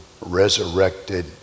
resurrected